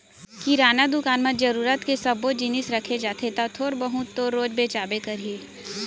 किराना दुकान म जरूरत के सब्बो जिनिस रखे जाथे त थोर बहुत तो रोज बेचाबे करही